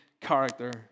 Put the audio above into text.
character